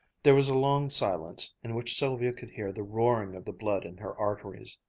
there was a long silence, in which sylvia could hear the roaring of the blood in her arteries.